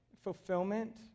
fulfillment